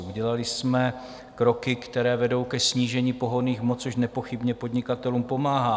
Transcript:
Udělali jsme kroky, které vedou ke snížení pohonných hmot, což nepochybně podnikatelům pomáhá.